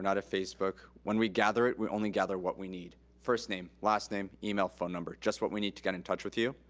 not a facebook. when we gather it, we only gather what we need first name, last name, email, phone number. just what we need to get in touch with you,